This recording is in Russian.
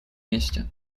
месте